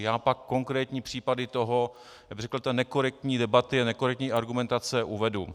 Já pak konkrétní případy toho, řekl bych té nekorektní debaty a nekorektní argumentace, uvedu.